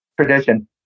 tradition